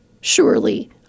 surely